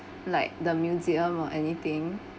like the museum or anything